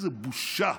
איזו בושה,